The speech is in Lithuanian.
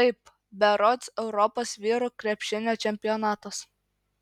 taip berods europos vyrų krepšinio čempionatas